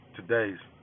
today's